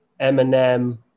Eminem